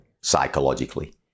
psychologically